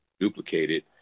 duplicated